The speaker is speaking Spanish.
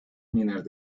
minas